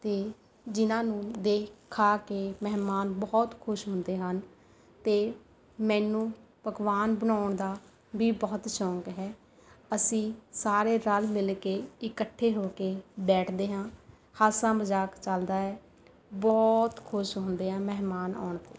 ਅਤੇ ਜਿਹਨਾਂ ਨੂੰ ਦੇਖ ਖਾ ਕੇ ਮਹਿਮਾਨ ਬਹੁਤ ਖੁਸ਼ ਹੁੰਦੇ ਹਨ ਅਤੇ ਮੈਨੂੰ ਪਕਵਾਨ ਬਣਾਉਣ ਦਾ ਵੀ ਬਹੁਤ ਸ਼ੌਂਕ ਹੈ ਅਸੀਂ ਸਾਰੇ ਰਲ ਮਿਲ ਕੇ ਇਕੱਠੇ ਹੋ ਕੇ ਬੈਠਦੇ ਹਾਂ ਹਾਸਾ ਮਜ਼ਾਕ ਚੱਲਦਾ ਹੈ ਬਹੁਤ ਖੁਸ਼ ਹੁੰਦੇ ਹਾਂ ਮਹਿਮਾਨ ਆਉਣ 'ਤੇ